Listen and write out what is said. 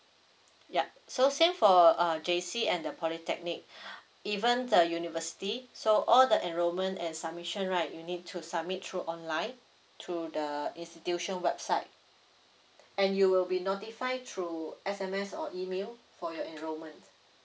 yup so same for uh J_C and the polytechnic even the university so all the enrollment and submission right you need to submit through online through the institution website and you will be notified through S_M_S or email for your enrollment